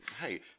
Hey